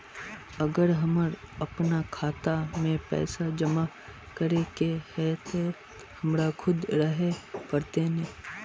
अगर हमर अपना खाता में पैसा जमा करे के है ते हमरा खुद रहे पड़ते ने?